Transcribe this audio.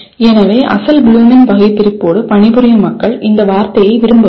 எனவே அசல் ப்ளூமின் வகைபிரிப்போடு பணிபுரியும் மக்கள் இந்த வார்த்தையை விரும்பவில்லை